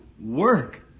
work